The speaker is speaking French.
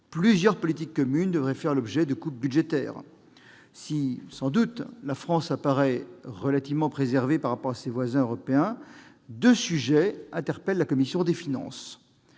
plusieurs politiques communes devraient faire l'objet de coupes budgétaires. Si la France apparaît relativement préservée par rapport à ces voisins européens, deux sujets interpellent la commission des finances.